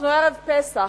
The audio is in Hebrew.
אנחנו בערב פסח,